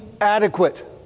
adequate